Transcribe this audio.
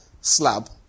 slab